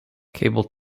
cable